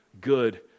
good